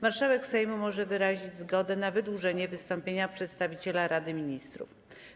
Marszałek Sejmu może wyrazić zgodę na wydłużenie wystąpienia przedstawiciela Rady Ministrów.